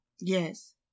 Yes